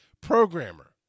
programmer